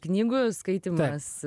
knygų skaitymas